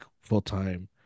full-time